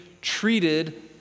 treated